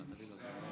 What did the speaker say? אני מוחה.